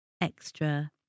extra